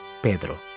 Pedro